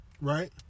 Right